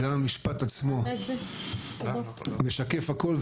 גם המשפט עצמו משקף הכל,